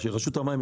שרשות המים,